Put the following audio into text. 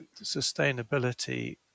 sustainability